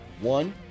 one